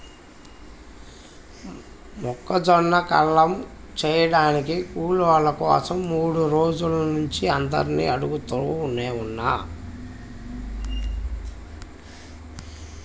మొక్కజొన్న కల్లం చేయడానికి కూలోళ్ళ కోసరం మూడు రోజుల నుంచి అందరినీ అడుగుతనే ఉన్నా